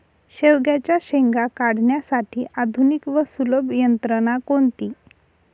शेवग्याच्या शेंगा काढण्यासाठी आधुनिक व सुलभ यंत्रणा कोणती?